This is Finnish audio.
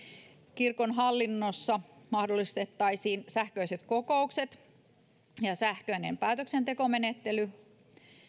kirkon hallinnossa mahdollistettaisiin sähköiset kokoukset ja sähköinen päätöksentekomenettely